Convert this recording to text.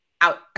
out